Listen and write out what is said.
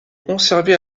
conservée